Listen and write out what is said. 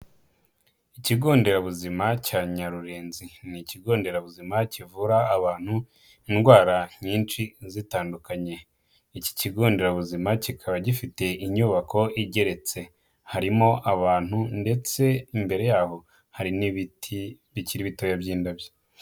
Ikigo nderabuzima cya Nyarurenzi, ni ikigo nderabuzima kivura abantu indwara nyinshi zitandukanye. Iki kigo nderabuzima kikaba gifite inyubako igeretse. Harimo abantu ndetse imbere yaho hari n'ibiti bikiri bitoya by'indabyo.